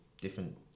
different